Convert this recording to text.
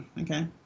okay